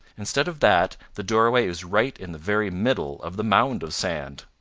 instead of that the doorway is right in the very middle of the mound of sand.